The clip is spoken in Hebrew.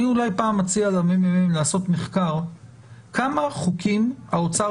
אני אולי פעם אציע לעשות מחקר כמה חוקים האוצר